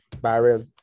barrel